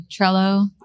Trello